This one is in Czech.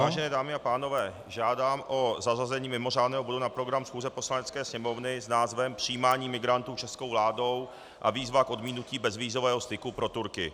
Vážené dámy a pánové, žádám o zařazení mimořádného bodu na program schůze Poslanecké sněmovny s názvem Přijímání migrantů českou vládou a výzva k odmítnutí bezvízového styku pro Turky.